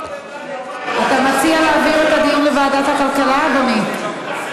אתה מציע להעביר את הדיון לוועדת הכלכלה, אדוני?